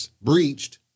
breached